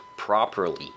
properly